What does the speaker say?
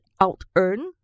out-earn